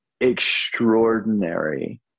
extraordinary